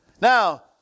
Now